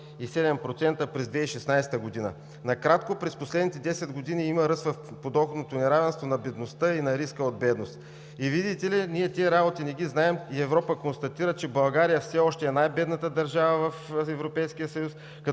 37,7% през 2016 г. Накратко. През последните 10 години има ръст в подоходното неравенство на бедността и на риска от бедност, и видите ли, ние тези работи не ги знаем и Европа констатира, че България все още е най-бедната държава в